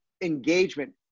engagement